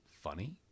funny